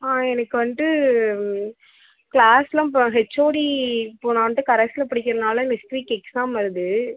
ஆ எனக்கு வந்துட்டு க்ளாஸ்லாம் அப்புறோம் ஹெச்ஓடி போன வந்துட்டு கரெஸில் படிக்கிறதுனால நெக்ஸ்ட் வீக் எக்ஸாம் வருது